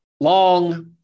long